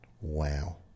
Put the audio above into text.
Wow